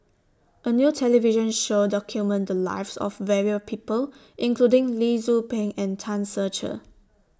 A New television Show documented Lives of various People including Lee Tzu Pheng and Tan Ser Cher